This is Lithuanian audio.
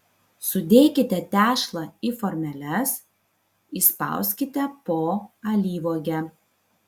sudėkite tešlą į formeles įspauskite po alyvuogę